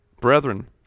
Brethren